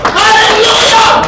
hallelujah